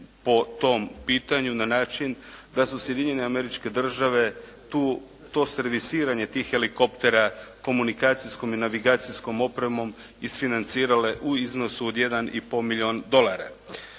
po tom pitanju na način da su Sjedinjene Američke Države to servisiranje tih helikoptera komunikacijskom i navigacijskom opremom isfinancirale u iznosu od 1 i pol milijun dolara.